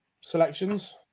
selections